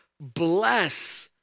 Bless